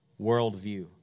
worldview